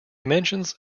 mentions